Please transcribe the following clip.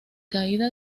caída